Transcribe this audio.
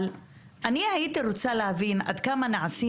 אבל אני הייתי רוצה להבין עד כמה נעשים